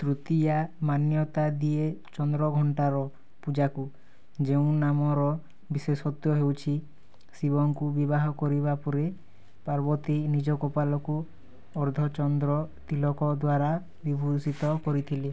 ତୃତୀୟା ମାନ୍ୟତା ଦିଏ ଚନ୍ଦ୍ରଘଣ୍ଟାର ପୂଜାକୁ ଯେଉଁ ନାମର ବିଶେଷତ୍ଵ ହେଉଛି ଶିବଙ୍କୁ ବିବାହ କରିବା ପରେ ପାର୍ବତୀ ନିଜ କପାଳକୁ ଅର୍ଦ୍ଧଚନ୍ଦ୍ର ତିଳକ ଦ୍ୱାରା ବିଭୂଷିତ କରିଥିଲେ